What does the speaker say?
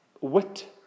wit